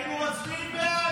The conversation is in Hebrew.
היינו מצביעים בעד.